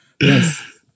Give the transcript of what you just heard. Yes